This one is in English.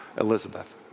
Elizabeth